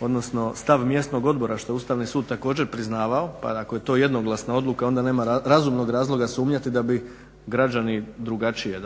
odnosno stav mjesnog odbora što Ustavni sud također priznavao pa ako je to jednoglasna odluka onda nema razumnom razloga sumnjati da bi građani drugačije